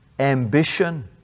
Ambition